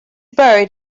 buried